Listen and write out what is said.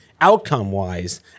outcome-wise